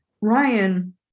Ryan